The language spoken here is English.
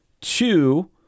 two